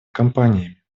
компаниями